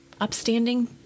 upstanding